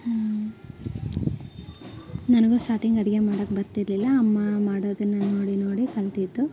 ಹ್ಞೂ ನನಗೂ ಸ್ಟಾಟಿಂಗ್ ಅಡುಗೆ ಮಾಡೋಕ್ ಬರ್ತಿರಲಿಲ್ಲ ಅಮ್ಮ ಮಾಡೋದನ್ನು ನೋಡಿ ನೋಡಿ ಕಲಿತಿದ್ದು